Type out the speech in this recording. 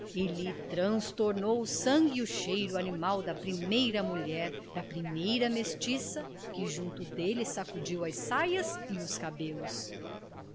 lhe transtornou o sangue o cheiro animal da primeira mulher da primeira mestiça que junto dele sacudiu as saias e os cabelos